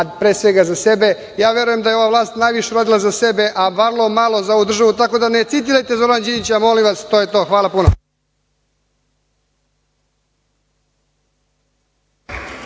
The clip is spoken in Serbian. a pre svega za sebe, ja verujem da je ova vlast najviše uradila za sebe, a vrlo malo za ovu državu, tako da ne citirajte Zorana Đinđića, molim vas. To je to. Hvala puno.